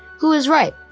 who is right?